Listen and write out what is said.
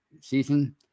season